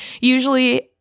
Usually